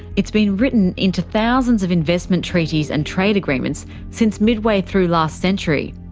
it's been written into thousands of investment treaties and trade agreements since midway through last century.